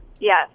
Yes